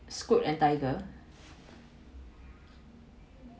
Scoot and Tiger